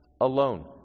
alone